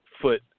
foot